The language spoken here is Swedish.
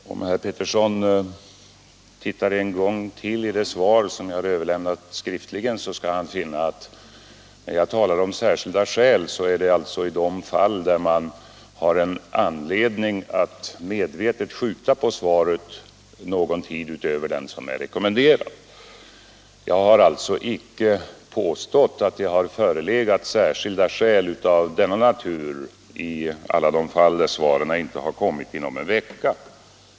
Herr talman! Om herr Pettersson i Lund tittar en gång till i det skriftliga svar som jag har överlämnat, skall han finna att när jag talar om särskilda skäl är det i de fall där man har anledning att medvetet skjuta på svaret någon tid utöver den som är rekommenderad. Jag har sålunda icke påstått att det har förelegat särskilda skäl av denna natur i alla de fall där svaret inte har kommit inom en vecka.